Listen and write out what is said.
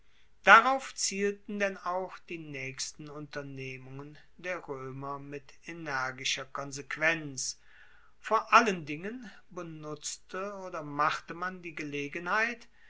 darauf zielten denn auch die naechsten unternehmungen der roemer mit energischer konsequenz vor allen dingen benutzte oder machte man die gelegenheit